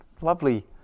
lovely